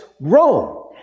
Rome